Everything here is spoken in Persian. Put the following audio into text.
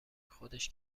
خودش